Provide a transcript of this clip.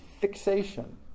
fixation